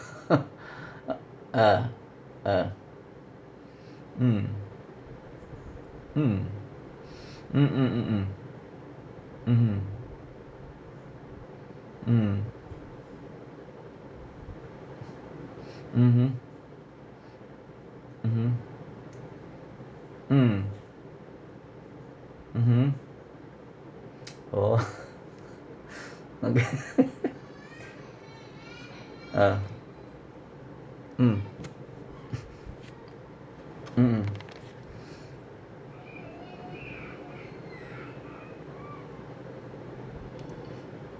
uh uh mm mm mm mm mm mm mmhmm mm mmhmm mmhmm mm mmhmm orh okay ah mm mm